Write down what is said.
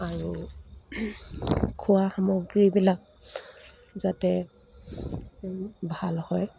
আৰু খোৱা সামগ্ৰীবিলাক যাতে ভাল হয়